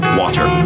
water